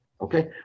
Okay